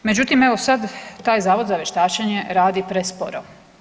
Međutim, evo sada taj Zavod za vještačenje radi presporo.